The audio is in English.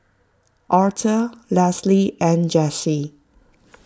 Aurthur Leslie and Jessi